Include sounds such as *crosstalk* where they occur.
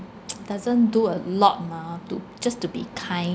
*noise* doesn't do a lot mah to just to be kind